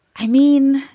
i mean,